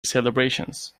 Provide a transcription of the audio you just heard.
celebrations